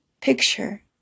Picture